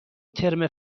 ترم